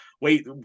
wait